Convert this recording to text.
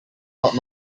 not